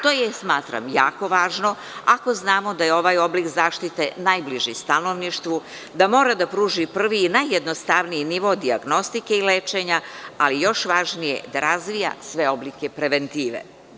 To je, smatram jako važno, ako znamo da je oblik zaštite najbliži stanovništvu da mora da pruži prvi i najjednostavniji nivo dijagnostike i lečenja, ali još važnije da razvija sve oblike preventive.